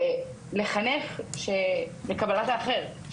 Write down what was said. ולחנך לקבלת האחר.